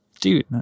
dude